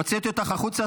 הוצאתי אותך החוצה.